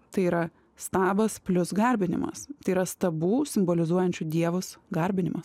tai yra stabas plius garbinimas tai yra stabų simbolizuojančių dievus garbinimas